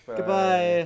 Goodbye